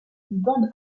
bande